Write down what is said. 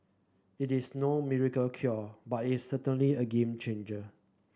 it is no miracle cure but it is certainly a game changer